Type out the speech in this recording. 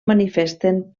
manifesten